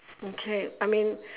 okay I mean